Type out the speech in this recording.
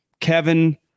Kevin